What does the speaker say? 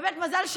באמת מזל,